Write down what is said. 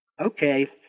okay